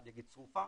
אחד יגיד צרופה,